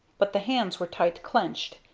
but the hands were tight-clenched,